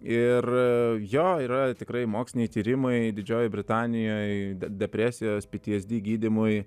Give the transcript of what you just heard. ir jo yra tikrai moksliniai tyrimai didžiojoj britanijoj depresijos peties di gydymui